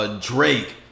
Drake